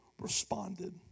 responded